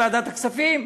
בוועדת הכספים.